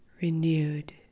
renewed